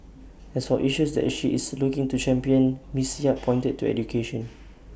as for issues that she is looking to champion miss yap pointed to education